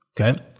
okay